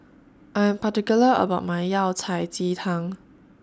I'm particular about My Yao Cai Ji Tang